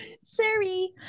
Sorry